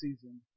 season